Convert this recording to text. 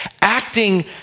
Acting